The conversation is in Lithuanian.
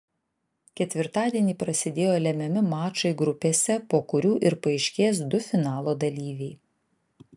ketvirtadienį prasidėjo lemiami mačai grupėse po kurių ir paaiškės du finalo dalyviai